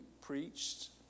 preached